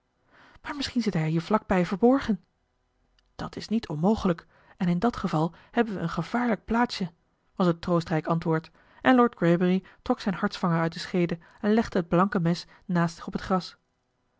maar misschien zit hij hier vlak bij verborgen dat is niet onmogelijk en in dat geval hebben we een gevaarlijk plaatsje was het troostrijk antwoord en lord greybury trok zijn hartsvanger uit de scheede en legde het blanke mes naast zich op het gras